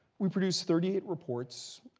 we produced thirty eight reports,